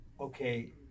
okay